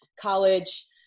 college